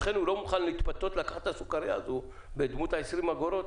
לכן הוא לא מוכן להתפתות ולקחת את הסוכרייה הזו בדמות 20 אגורות